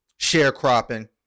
sharecropping